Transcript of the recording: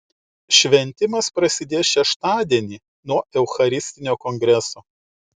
šventimas prasidės šeštadienį nuo eucharistinio kongreso